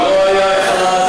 לא היה אחד,